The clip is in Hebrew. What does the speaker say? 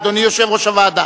אדוני יושב-ראש הוועדה,